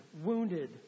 wounded